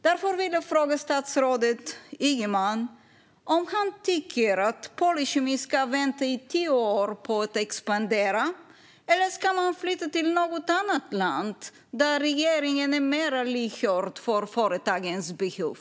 Därför vill jag fråga statsrådet Ygeman om han tycker att Polykemi ska vänta i tio år på att expandera eller flytta till något annat land där regeringen är mer lyhörd för företagens behov.